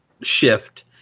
shift